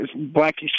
blackish